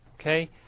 Okay